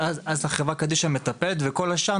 חברה קדישא מטפלת וכל השאר,